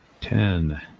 Ten